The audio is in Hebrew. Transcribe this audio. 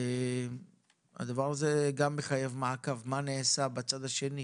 הנושא הראשון שלנו נדון פה רבות ואנחנו הכרענו אותו בהסכמות עם האוצר.